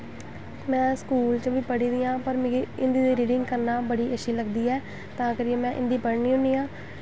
में स्कूल च बी पढ़ी दी ऐ पर मिगी हिंदी दी रीडिंग करना बड़ी अच्छी लगदी ऐ तां करियै में हिन्दी पढ़नी होन्नी आं